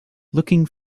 looking